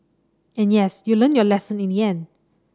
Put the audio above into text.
and yes you learnt your lesson in the end